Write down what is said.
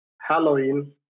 Halloween